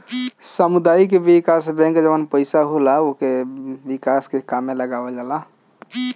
सामुदायिक विकास बैंक जवन पईसा होला उके विकास के काम में लगावल जाला